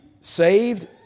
saved